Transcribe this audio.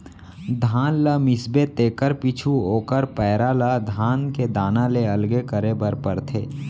धान ल मिसबे तेकर पीछू ओकर पैरा ल धान के दाना ले अलगे करे बर परथे